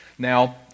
Now